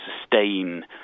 sustain